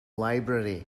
library